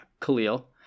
Khalil